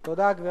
תודה, גברתי.